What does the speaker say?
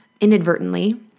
inadvertently